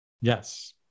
Yes